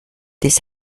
this